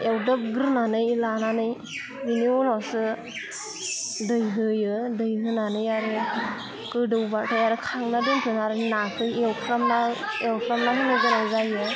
एवदबग्रोनानै लानानै बिनि उनावसो दै होयो दै होनानै आरो गोदौबाथाय आरो खांना दोनथ'नानै नाखो एवफ्रामना एवफ्रामना होनो गोनां जायो